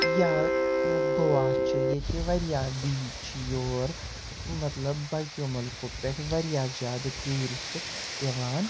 یا گووا چھُ ییٚتہِ واریاہ بیٖچ چھِ یور مطلب باقیو مُلکو پٮ۪ٹھٕ واریاہ زیادٕ ٹیوٗرِسٹہٕ یِوان